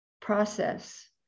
process